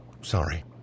Sorry